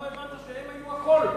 לא הבנת שהם היו הכול?